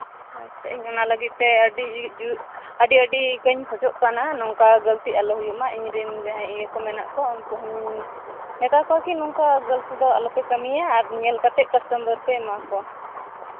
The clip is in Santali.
ᱦᱳᱭ ᱤᱧ ᱚᱱᱟ ᱞᱟᱹᱜᱤᱫᱛᱮ ᱟᱹᱰᱤ ᱡᱤᱣᱤ ᱟᱹᱰᱤ ᱟᱹᱰᱤ ᱤᱠᱟᱹᱧ ᱠᱷᱚᱡᱚᱜ ᱠᱟᱱᱟ ᱱᱚᱝᱠᱟ ᱜᱟᱹᱞᱛᱤ ᱟᱞᱚ ᱦᱩᱭᱩᱜᱢᱟ ᱤᱧᱨᱮᱱ ᱡᱟᱦᱟᱸᱭ ᱤᱭᱟᱹ ᱠᱚ ᱢᱮᱱᱟᱜ ᱠᱚᱣᱟ ᱩᱱᱠᱩ ᱦᱚᱸᱧ ᱢᱮᱛᱟ ᱠᱚᱣᱟ ᱠᱤ ᱱᱚᱝᱠᱟ ᱜᱟᱹᱞᱛᱤ ᱫᱚ ᱟᱞᱚᱯᱮ ᱠᱟᱹᱢᱤᱭᱟ ᱟᱨ ᱧᱮ ᱠᱟᱛᱮᱫ ᱠᱟᱥᱴᱚᱢᱟᱨ ᱯᱮ ᱮᱢᱟ ᱠᱚᱣᱟ